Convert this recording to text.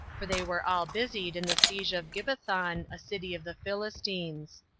for they were all busied in the siege of gibbethon, a city of the philistines.